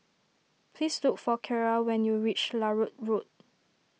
please look for Keira when you reach Larut Road